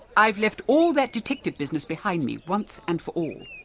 i've left all that detective business behind me, once and for all.